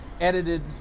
edited